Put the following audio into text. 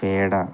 peda